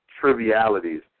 trivialities